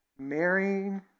Marrying